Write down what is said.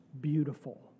beautiful